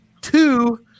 two